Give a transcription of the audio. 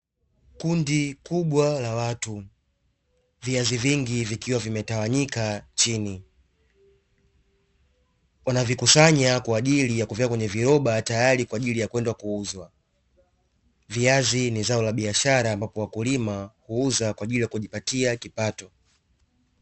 Kundi kubwa la watu. Viazi vingi vikiwa vimetawanyika chini. Wanavikusanya kwa ajili ya kuviweka kwenye viroba tayari kwa ajili ya kwenda kuuzwa. Viazi ni zao la biashara ambapo wakulima huuza kwa ajili ya kujipatia kipato.